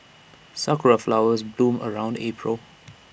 Sakura Flowers bloom around April